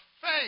faith